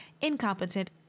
incompetent